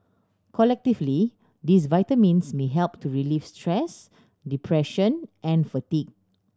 collectively these vitamins may help to relieve stress depression and fatigue